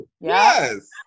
Yes